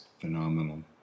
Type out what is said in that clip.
phenomenal